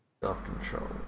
self-control